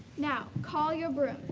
now call your broom.